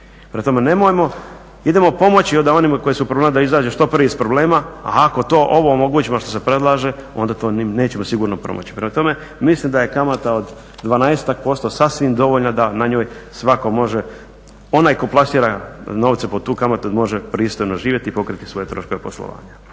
Prema tome nemojmo, idemo pomoći onima koji su u problemu da izađu što prije iz problema a ako to ovo omogućimo što se prelaže onda to ni nećemo sigurno pronaći. Prema tome, mislim da je kamata od 12-ak% sasvim dovoljna da na njoj svatko može, onaj tko plasira novce pod tu kamatu može pristojno živjeti i pokriti svoje troškove poslovanja.